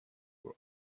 were